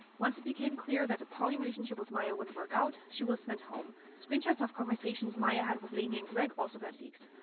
once it became clear that a poly relationship with maya wouldn't work, she was sent home. screenshots of conversations maya had with lainey and greg also got leaked.